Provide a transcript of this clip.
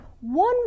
one